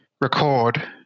record